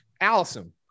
Allison